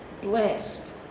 blessed